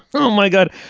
oh my god.